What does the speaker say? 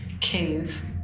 cave